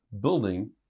building